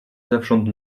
zewsząd